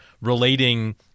relating